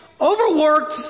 overworked